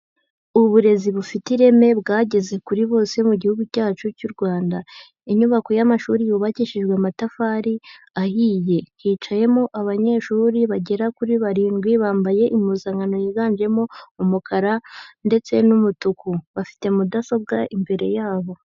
Uburezi bufite ireme bwageze kuri bose mu gihugu cyacu cy'u Rwanda. Inyubako y'amashuri yubakishijwe amatafari ahiye hicayemo abanyeshuri bagera kuri barindwi bambaye impuzankano yiganjemo umukara ndetse n'umutuku, bafite mudasobwa imbere yabo.